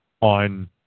on